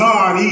God